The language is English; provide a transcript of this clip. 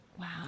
Wow